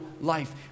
life